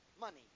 money